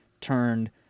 turned